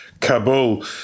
Kabul